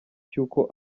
cy’uko